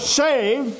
save